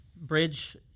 bridge